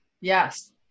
Yes